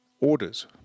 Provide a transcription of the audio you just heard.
orders